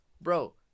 Bro